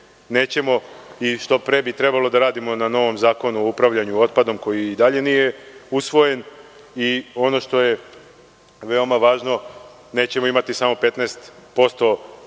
Što pre bi trebalo da radimo na novom zakonu o upravljanju otpadom, koji i dalje nije usvojen i ono što je veoma važno, nećemo imati samo 15%